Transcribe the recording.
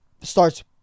starts